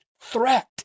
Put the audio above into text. threat